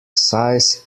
size